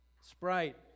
Sprite